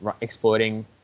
exploiting